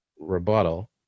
rebuttal